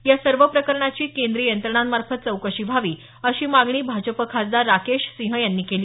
या सर्व प्रकरणाची केंद्रीय यंत्रणांमार्फत चौकशी व्हावी अशी मागणी भाजप खासदार राकेश सिंह यांनी केली